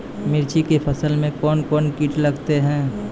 मिर्ची के फसल मे कौन कौन कीट लगते हैं?